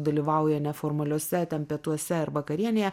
dalyvauja neformaliose ten pietuose ar vakarienėje